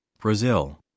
Brazil